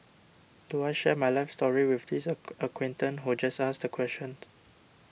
do I share my life story with this a acquaintance who just asked the question